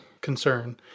concern